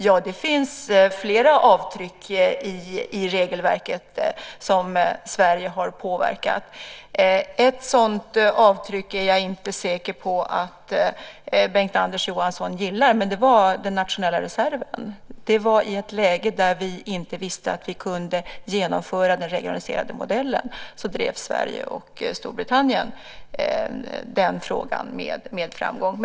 Ja, det finns flera avtryck i regelverket som Sverige har påverkat. Ett sådant avtryck är - jag är dock inte säker på att Bengt-Anders Johansson gillar det - den nationella reserven. I ett läge där vi inte visste att vi kunde genomföra den regionaliserade modellen drev Sverige och Storbritannien den frågan med framgång.